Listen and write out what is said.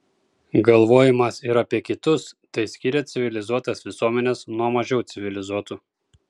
galvojimas ir apie kitus tai skiria civilizuotas visuomenes nuo mažiau civilizuotų